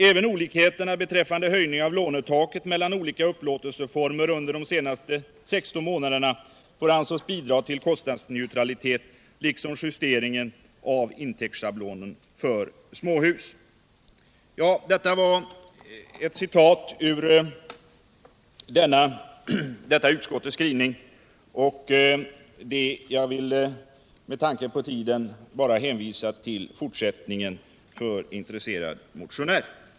Även olikheten beträffande höjningen av lånetaket mellan olika upplåtelseformer under de senaste 16 månaderna får anses bidra till kostnadsneutralitet liksom justeringen av intäktsschablonen för småhus.” Jag vill med tanke på tiden bara hänvisa intresserade motionärer till vad utskottet i fortsättningen anför i sin skrivning.